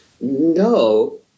no